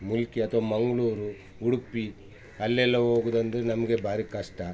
ಮುಲ್ಕಿ ಅಥ್ವ ಮಂಗಳೂರು ಉಡುಪಿ ಅಲ್ಲೆಲ್ಲ ಹೋಗುದಂದ್ರೆ ನಮಗೆ ಭಾರಿ ಕಷ್ಟ